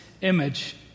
image